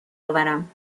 آورم